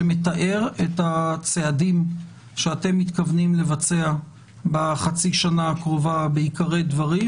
שמתאר את הצעדים שאתם מתכוונים לבצע בחצי שנה הקרובה בעיקרי דברים,